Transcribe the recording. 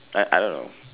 like I don't know